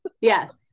Yes